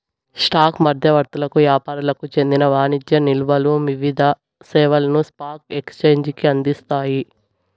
stock మధ్యవర్తులకు యాపారులకు చెందిన వాణిజ్య నిల్వలు వివిధ సేవలను స్పాక్ ఎక్సేంజికి అందిస్తాయి